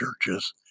churches